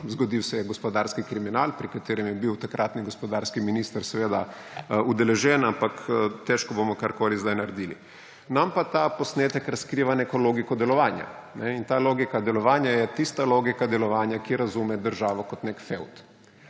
zgodil se je gospodarski kriminal, pri katerem je bil takratni gospodarski minister seveda udeležen, ampak težko bomo karkoli sedaj naredili. Nam pa ta posnetek razkriva neko logiko delovanja. In ta logika delovanja je tista logika delovanja, ki razume državo kot nek fevd.